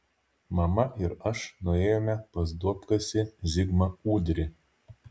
mama ir aš nuėjome pas duobkasį zigmą ūdrį